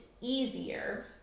easier